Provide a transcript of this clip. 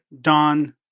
Dawn